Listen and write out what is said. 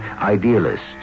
Idealists